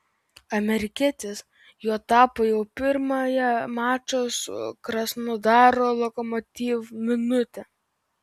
amerikietis juo tapo jau pirmąją mačo su krasnodaro lokomotiv minutę